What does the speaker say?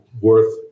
worth